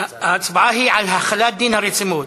ההצבעה היא על החלת דין הרציפות,